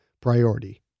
priority